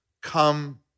come